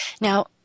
Now